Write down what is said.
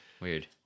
weird